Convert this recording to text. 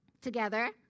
together